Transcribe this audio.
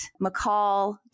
McCall